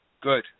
Good